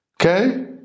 Okay